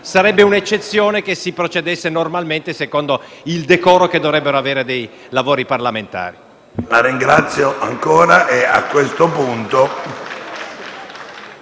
sarebbe un'eccezione se si procedesse normalmente, secondo il decoro che dovrebbe caratterizzare i lavori parlamentari.